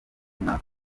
mwaka